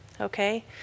Okay